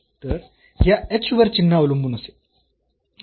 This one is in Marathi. तर ह्या h वर चिन्ह अवलंबून असेल